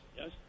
Yes